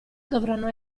dovranno